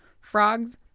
frogs